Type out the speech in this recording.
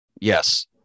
Yes